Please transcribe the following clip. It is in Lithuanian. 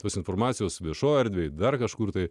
tos informacijos viešoje erdvėje dar kažkur tai